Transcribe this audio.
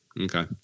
Okay